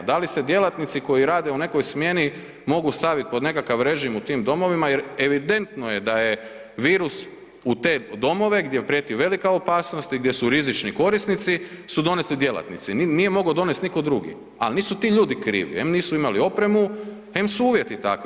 Da li se djelatnici koji rade u nekoj smjeni mogu stavit pod nekakav režim u tim domovima jer evidentno je da je virus u te domove gdje prijeti velika opasnost i gdje su rizični korisnici, su donesli djelatnici, nije mogo donest niko drugi, al nisu ti ljudi krivi, em nisu imali opremu, em su uvjeti takvi.